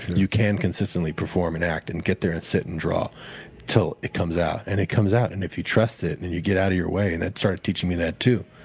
you can consistently perform and act and get there and sit and draw until it comes out, and it comes out. and if you trust it, and and you get out of your way and that started teaching me that, too.